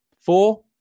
four